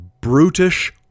brutish